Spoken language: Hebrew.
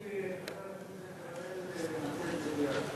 אני וחבר הכנסת אריאל נעשה את זה ביחד.